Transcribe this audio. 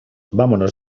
vámonos